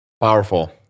Powerful